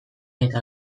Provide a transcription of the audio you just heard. eta